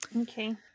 okay